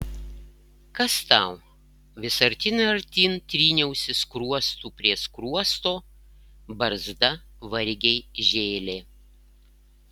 kas tau vis artyn ir artyn tryniausi skruostu prie skruosto barzda vargiai žėlė